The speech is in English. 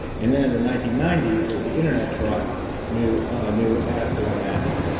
and then, in the nineteen ninety s, as the internet brought new new ad formats,